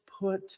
put